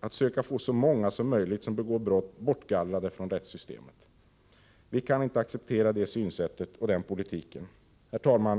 att söka få så många som möjligt som begår brott bortgallrade från rättssystemet. Vi kan inte acceptera det synsättet och den politiken. Herr talman!